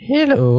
Hello